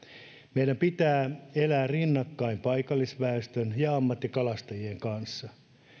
meidän pitää elää rinnakkain paikallisväestön ja ammattikalastajien kanssa